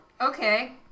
Okay